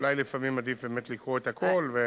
אולי עדיף לפעמים, עדיף באמת לקרוא את הכול.